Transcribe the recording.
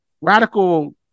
radical